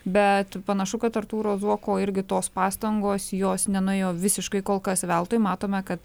bet panašu kad artūro zuoko irgi tos pastangos jos nenuėjo visiškai kol kas veltui matome kad